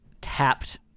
tapped